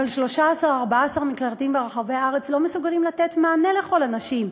אבל 13 14 מקלטים ברחבי הארץ לא מסוגלים לתת מענה לכל הנשים.